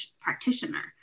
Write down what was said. practitioner